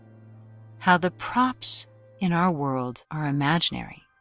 how the props in our world are imaginary,